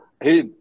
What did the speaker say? Hey